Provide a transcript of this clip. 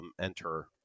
enter